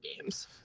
games